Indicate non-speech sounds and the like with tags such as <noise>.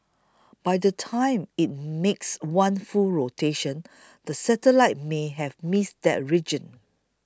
by the time it makes one full rotation <noise> the satellite may have missed that region